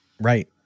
Right